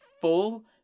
full